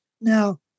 now